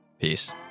Peace